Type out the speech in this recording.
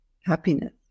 happiness